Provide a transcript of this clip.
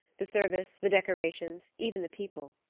the service, the decorations, even the people.